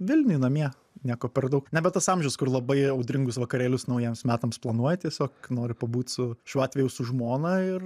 vilniuj namie nieko per daug nebe tas amžius kur labai audringus vakarėlius naujiems metams planuoji tiesiog noriu pabūt su šiuo atveju su žmona ir